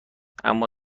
اما